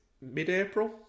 mid-April